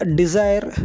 desire